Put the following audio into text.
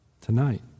tonight